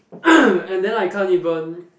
and then I can't even